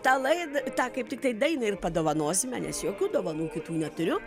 tą laid tą kaip tiktai dainą ir padovanosime nes jokių dovanų kitų neturiu